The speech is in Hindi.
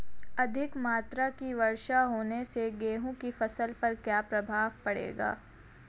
अधिक मात्रा की वर्षा होने से गेहूँ की फसल पर क्या प्रभाव पड़ेगा?